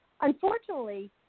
unfortunately